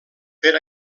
per